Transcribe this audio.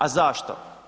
A zašto?